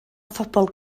phobl